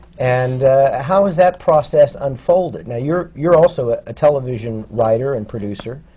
and how has that process unfolded? now, you're you're also a television writer and producer,